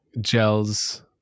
gels